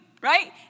right